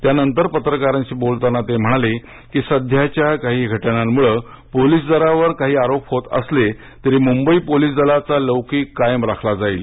त्यानंतर पत्रकारांशी बोलताना ते म्हणाले की सध्याच्या काही घटनांमुळे पोलीस दलावर काही आरोप होत असले तरी मुंबई पोलीस दलाचा लौकिक कायम राखला जाईल